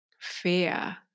Fear